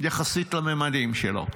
יחסית לממדים שלו.